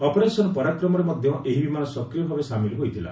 operation ପରାକ୍ରମରେ ମଧ୍ୟ ଏହି ବିମାନ ସକ୍ରିୟଭାବେ ସାମିଲ୍ ହୋଇଥିଲା